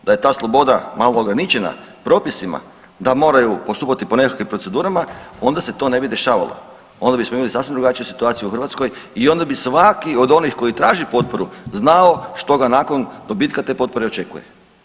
Da je ta sloboda malo ograničena propisima da moraju postupati po nekakvim procedurama onda se to ne bi dešavalo, onda bismo imali sasvim drugačiju situaciju u Hrvatskoj i onda bi svaki od onih koji traži potporu znao što ga nakon dobitka te potpore očekuje.